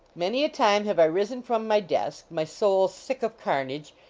many a time have i risen from my desk, my soul sick of carnage,